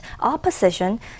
opposition